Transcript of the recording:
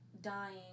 dying